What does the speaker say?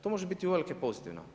To može biti uvelike pozitivno.